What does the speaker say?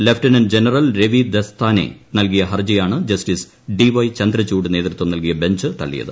lieutenant general Ravi Dastane നൽകിയ ഹർജിയാണ് justice D Y Chandrachud നേതൃത്വം നൽകിയ ബഞ്ച് തള്ളിയത്